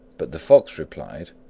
but the fox replied,